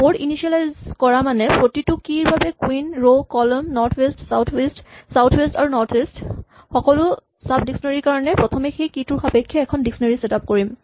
board initialize কৰা মানে প্ৰতিটো কী ৰ বাৰে কুইন ৰ' কলম north west south east south west বা নৰ্থ ইষ্ট সকলো চাব ডিক্সনেৰী ৰ কাৰণে প্ৰথমে সেই কী টোৰ সাপেক্ষে এখন ডিক্সনেৰী ছেট আপ কৰিম